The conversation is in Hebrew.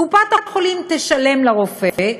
קופת-החולים תשלם לרופא,